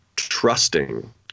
trusting